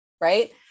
Right